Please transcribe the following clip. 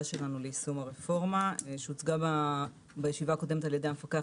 שלנו ליישום הרפורמה שהוצגה בישיבה הקודמת על ידי המפקח